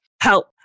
help